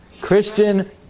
Christian